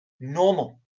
normal